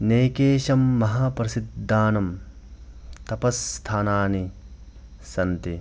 अनेकेषां महाप्रसिद्धानां तपस्थानानि सन्ति